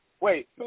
Wait